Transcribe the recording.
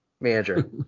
manager